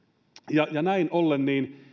ja näin ollen